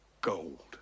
gold